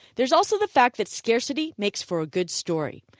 there's also the fact that scarcity makes for a good story.